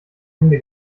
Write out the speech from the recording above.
hände